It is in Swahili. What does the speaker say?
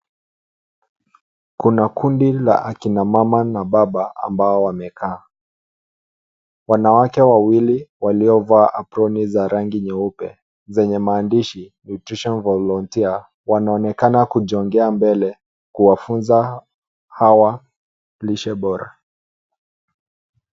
Kuna kundi la akina mama na baba ambao wamekaa. Wanawake wawili waliovaa aproni za rangi nyeupe zenye maandishi (cs)nutrition volunteer(cs) wanaonekana kujongea mbele kuwafunza hawa lishe bora.